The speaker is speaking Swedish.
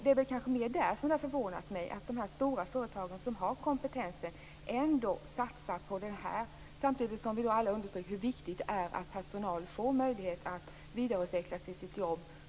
Det är väl mer därför det har förvånat mig att de stora företagen som har kompetensen ändå har satsat på detta, samtidigt som vi alla understryker hur viktigt det är att personal får möjlighet att vidareutvecklas i sitt arbete.